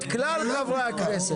את כלל חברי הכנסת.